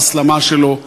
בהסלמה שלו.